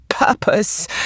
Purpose